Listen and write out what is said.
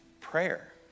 prayer